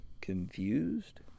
confused